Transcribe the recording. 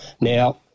Now